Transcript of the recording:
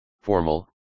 formal